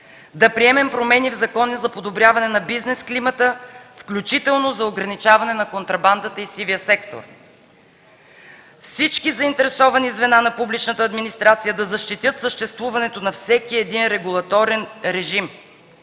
да приемем промени в закони за подобряване на бизнес климата, включително за ограничаване на контрабандата и сивия сектор. Всички заинтересовани звена на публичната администрация да защитят съществуването на всеки един регулаторен режим